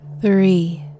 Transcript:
three